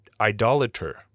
idolater